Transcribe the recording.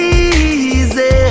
easy